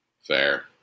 Fair